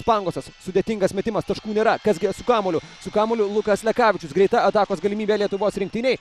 pangosas sudėtingas metimas taškų nėra kas su kamuoliu su kamuoliu lukas lekavičius greita atakos galimybė lietuvos rinktinei